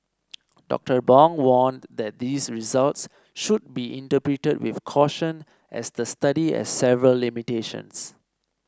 Doctor Bong warned that these results should be interpreted with caution as the study has several limitations